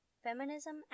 Feminism